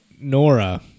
Nora